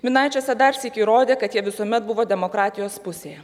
minaičiuose darsyk įrodė kad jie visuomet buvo demokratijos pusėje